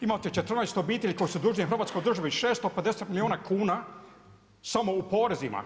Imate 14 obitelji koje su dužne hrvatskoj državi 650 milijuna kuna, samo u porezima.